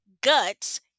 guts